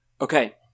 Okay